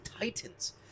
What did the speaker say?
Titans